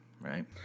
right